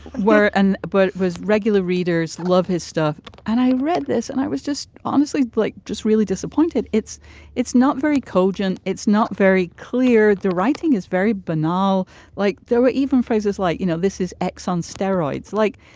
and but it was regular readers love his stuff and i read this and i was just honestly like just really disappointed. it's it's not very cogent it's not very clear. the writing is very banal like there were even phrases like you know this is x on steroids. like